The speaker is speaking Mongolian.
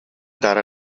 дарга